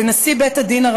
לנשיא בית-הדין,